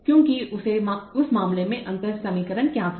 क्योंकि उस मामले में अंतर समीकरण क्या था